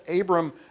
Abram